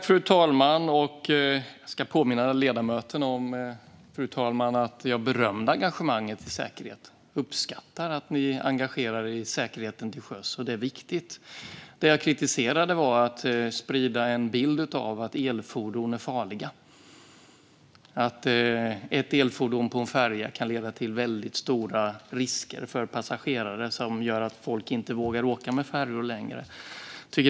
Fru talman! Jag vill påminna ledamöterna om att jag berömde engagemanget i säkerhet. Jag uppskattar att ni engagerar er i säkerheten till sjöss, vilken är viktig. Det som jag kritiserade var spridandet av bilden att elfordon är farliga, att ett elfordon på en färja kan leda till väldigt stora risker för passagerare och att det gör att folk inte vågar åka med färjor längre.